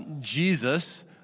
Jesus